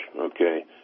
Okay